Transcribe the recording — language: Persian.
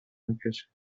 میکشید